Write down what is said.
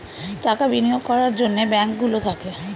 টাকা বিনিয়োগ করার জন্যে ব্যাঙ্ক গুলো থাকে